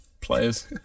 Players